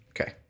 Okay